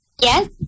yes